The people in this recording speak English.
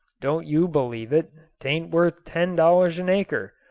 don't you believe it tain't worth ten dollars an acre.